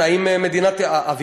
דווקא לא,